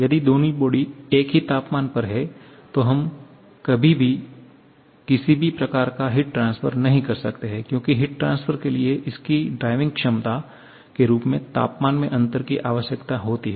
यदि दोनों बॉडी एक ही तापमान पर हैं तो हम कभी भी किसी भी प्रकार का हीट ट्रांसफर नहीं कर सकते हैं क्योंकि हीट ट्रांसफर के लिए इसकी ड्राइविंग क्षमता के रूप में तापमान में अंतर की आवश्यकता होती है